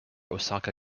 osaka